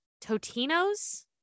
Totinos